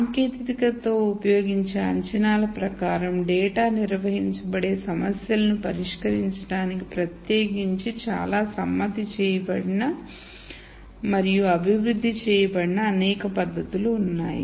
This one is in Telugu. సాంకేతికతలో ఉపయోగించే అంచనాల ప్రకారం డేటా నిర్వహించబడే సమస్యలను పరిష్కరించడానికి ప్రత్యేకించి చాలా సమ్మతి చేయబడిన మరియు అభివృద్ధి చేయబడిన అనేక పద్ధతులు ఉన్నాయి